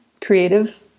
creative